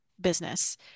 business